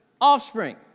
offspring